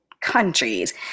countries